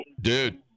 Dude